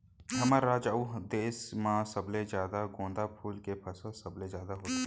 हमर राज अउ देस म सबले जादा गोंदा फूल के फसल सबले जादा होथे